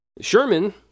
Sherman